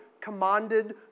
commanded